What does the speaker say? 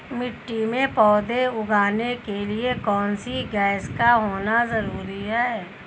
मिट्टी में पौधे उगाने के लिए कौन सी गैस का होना जरूरी है?